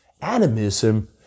animism